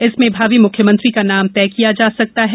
इसमें भावी मुख्यमंत्री का नाम तय किया जा सकता है